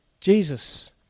Jesus